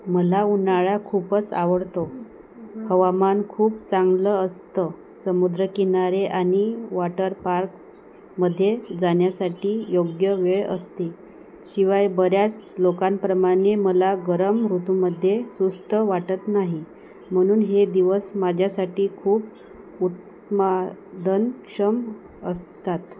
मला उन्हाळा खूपच आवडतो हवामान खूप चांगलं असतं समुद्रकिनारे आणि वॉटर पार्क्स मध्ये जाण्यासाठी योग्य वेळ असते शिवाय बऱ्याच लोकांप्रमाणे मला गरम ऋतूमध्ये सुस्त वाटत नाही म्हणून हे दिवस माझ्यासाठी खूप उत्पादनक्षम असतात